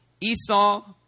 Esau